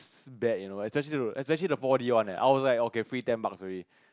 is bad you know especially especially the four-D one eh I was like okay free ten bucks already